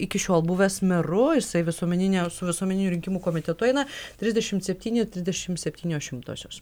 iki šiol buvęs meru jisai visuomeninio su visuomeniniu rinkimų komitetu eina trisdešimt septyni ir trisdešimt septynios šimtosios